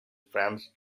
french